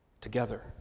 together